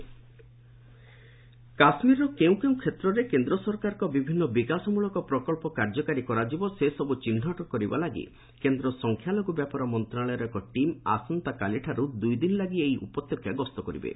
J and K projects କାଶ୍ମୀରର କେଉଁ କେଉଁ କ୍ଷେତ୍ରରେ କେନ୍ଦ୍ର ସରକାରଙ୍କ ବିଭିନ୍ନ ବିକାଶମଳକ ପ୍ରକଳ୍ପ କାର୍ଯ୍ୟକାରୀ କରାଯିବ ସେସବୁ ଚିହ୍ନଟ କରିବା ଲାଗି କେନ୍ଦ୍ର ସଂଖ୍ୟାଲଘୁ ବ୍ୟାପାର ମନ୍ତ୍ରଶାଳୟର ଏକ ଟିମ୍ ଆସନ୍ତାକାଲିଠାରୁ ଦୁଇ ଦିନ ଲାଗି ଏହି ଉପତ୍ୟକା ଗସ୍ତ କରିବେ